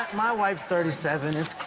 my wife's thirty seven. it's